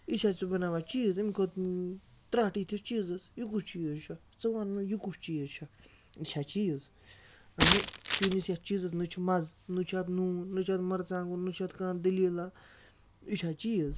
یہِ چھا ژٕ بَناوان چیٖز اَمہِ کھۄتہٕ ترٛٹھ یِتھٕس چیٖزَس یہِ کُس چیٖز چھُ ژٕ وَن یہِ کُس چیٖز چھُ یہِ چھا چیٖز تُہُنٛدِس یتھ چیٖزَس نہَ چھُ مَزٕ نہَ چھُ اَتھ نوٗن نہَ چھُ اَتھ مَرژٕوانٛگُن نہَ چھُ اَتھ کانٛہہ دٔلیٖلاہ یہِ چھا چیٖز